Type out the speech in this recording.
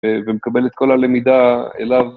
ומקבל את כל הלמידה אליו.